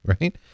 Right